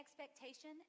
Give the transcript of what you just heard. expectation